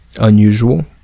unusual